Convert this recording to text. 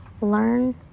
learn